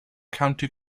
county